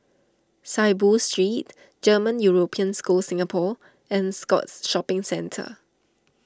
Saiboo Street German European School Singapore and Scotts Shopping Centre